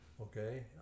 okay